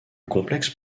complexe